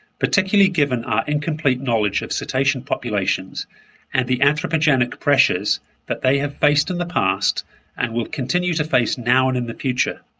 particularly given our incomplete knowledge of cetacean populations and the anthropogenic pressures that they have faced in the past and will continue to face now and in the future.